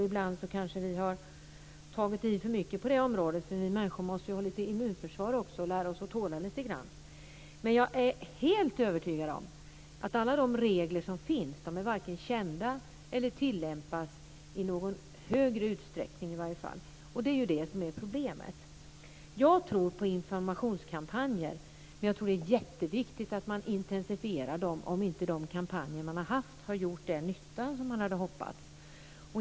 Ibland kanske vi har tagit i lite för mycket på det området - vi människor måste ju ha lite immunförsvar också, och lära oss att tåla lite grann. Jag är helt övertygad om att alla de regler som finns varken är kända eller tillämpas i någon större utsträckning. Det är det som är problemet. Jag tror på informationskampanjer, och jag tror att det är jätteviktigt att man intensifierar dem om inte de kampanjer man har gjort har gjort den nytta som man hade hoppats.